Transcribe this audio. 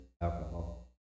alcohol